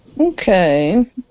Okay